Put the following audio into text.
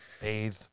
bathe